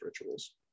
rituals